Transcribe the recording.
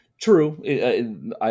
True